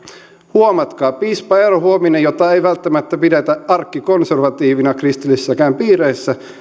huomatkaa piispa eero huovinen jota ei välttämättä pidetä arkkikonservatiivina kristillisissäkään piireissä